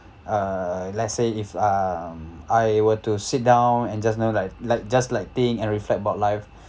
uh let's say if um I were to sit down and just know like like just like think and reflect about life